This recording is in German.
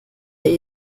herr